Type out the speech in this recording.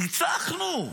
ניצחנו.